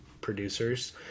producers